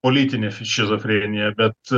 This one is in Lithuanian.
politinė šizofrenija bet